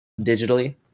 Digitally